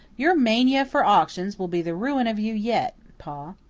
your mania for auctions will be the ruin of you yet, pa.